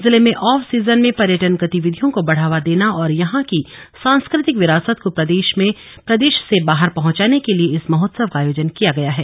जिले में off season में पर्यटन गतिविधियों को बढ़ावा देन और यहां की सांस्कृतिक विरासत को प्रदेश में प्रदेश से बाहर पहुंचाने के लिए इस महोत्सव का आयोजन किया गया है